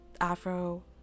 Afro